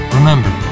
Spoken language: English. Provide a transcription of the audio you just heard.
Remember